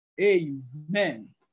Amen